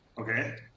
Okay